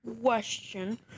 question